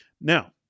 Now